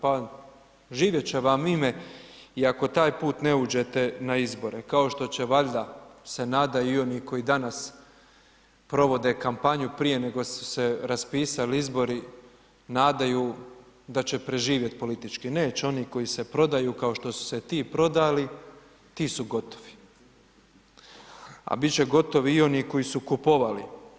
Pa živjet će vam ime iako taj put ne uđete na izbore kao što će valjda se nadaju i oni koji danas provode kampanju prije nego su se raspisali izbori, nadaju da će preživjeti politički, neće, oni koji se prodaju kao što su se ti prodali, ti su gotovi a bit će gotovi i oni koji su kupovali.